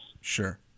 Sure